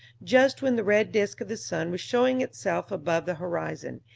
just when the red disk of the sun was showing itself above the horizon,